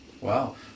Wow